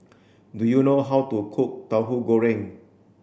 do you know how to cook Tahu Goreng